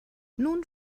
nun